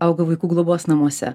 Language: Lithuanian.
auga vaikų globos namuose